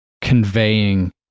conveying